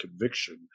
conviction